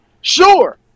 sure